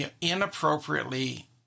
inappropriately